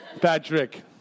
Patrick